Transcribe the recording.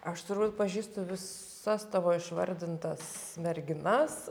aš turbūt pažįstu visas tavo išvardintas merginas